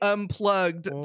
Unplugged